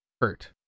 hurt